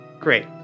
Great